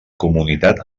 comunitat